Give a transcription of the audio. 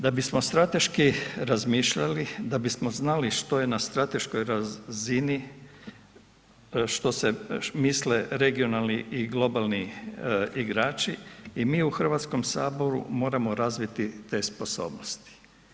DA bismo strateški razmišljali, da bismo znali što je na strateškoj razini što se misle regionalni i globalni igrači i mi u Hrvatskom saboru moramo razviti te sposobnosti.